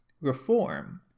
reform